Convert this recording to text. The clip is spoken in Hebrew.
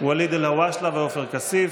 ואליד אלהואשלה ועופר כסיף.